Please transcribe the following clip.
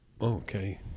Okay